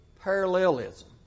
parallelism